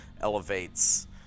elevates